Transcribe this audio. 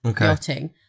yachting